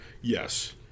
Yes